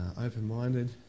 open-minded